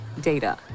data